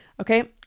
okay